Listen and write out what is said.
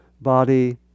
body